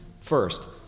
First